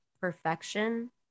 perfection